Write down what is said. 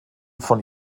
von